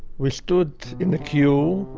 we stood in the queue.